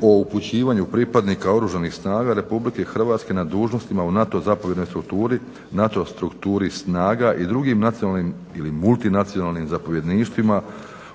o upućivanju pripadnika oružanih snaga RH na dužnostima u NATO zapovjednoj strukturi, NATO strukturi snaga i drugim nacionalnim ili multinacionalnim zapovjedništvima